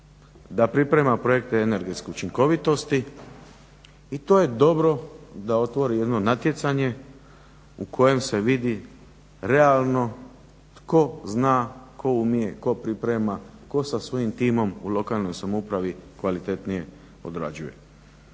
da priprema projekte energetske učinkovitosti i to je dobro da otvori jedno natjecanje u kojem se vidi realno tko zna, tko umije, tko priprema, tko sa svojim timom u lokalnoj samoupravi kvalitetnije odrađuje.